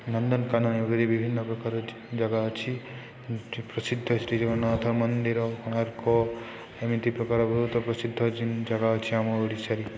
ନନ୍ଦନକାନନ ଏପରି ବିଭିନ୍ନ ପ୍ରକାର ଏଠି ଜାଗା ଅଛି ପ୍ରସିଦ୍ଧ ଶ୍ରୀ ଜଗନ୍ନାଥ ମନ୍ଦିର କୋଣାର୍କ ଏମିତି ପ୍ରକାର ବହୁତ ପ୍ରସିଦ୍ଧ ଯେନ୍ ଜାଗା ଅଛି ଆମ ଓଡ଼ିଶାରେ